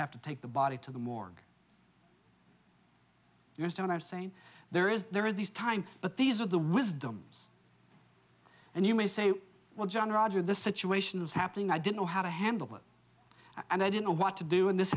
have to take the body to the morgue it was done i was saying there is there is this time but these are the wisdoms and you may say well john roger the situation was happening i didn't know how to handle it and i didn't know what to do when this